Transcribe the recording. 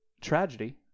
tragedy